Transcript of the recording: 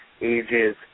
ages